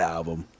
Album